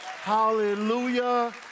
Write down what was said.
Hallelujah